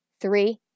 Three